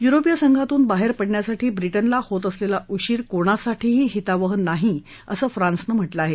युरोपीय संघातून बाहेर पडण्यासाठी ब्रिटनला होत असलेला उशीर कोणासाठीही हितावह नाही असं फ्रान्सनं म्हटलं आहे